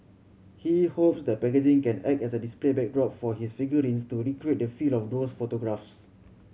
he hopes the packaging can act as a display backdrop for his figurines to recreate the feel of those photographs